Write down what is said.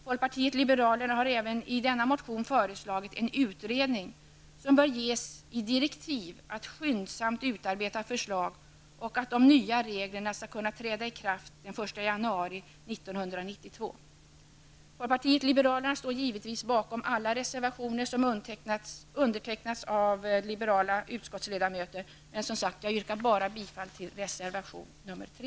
Folkpartiet liberalerna har även i denna motion föreslagit en utredning, som bör ges direktiv att skyndsamt utarbeta förslag för att de nya reglerna skall kunna träda i kraft den 1 januari Folkpartiet liberalerna står givetvis bakom alla reservationer som har undertecknats av de liberala utskottsledamöterna, men jag yrkar som sagt bifall bara till reservation 3.